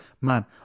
man